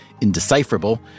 indecipherable